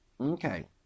okay